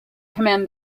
command